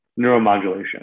neuromodulation